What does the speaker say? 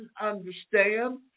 understand